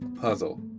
puzzle